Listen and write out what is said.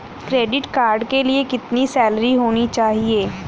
Credit card के लिए कितनी सैलरी होनी चाहिए?